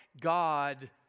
God